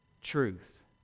truth